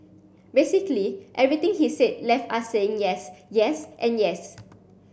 basically everything he said left us saying yes yes and yes